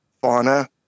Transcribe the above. fauna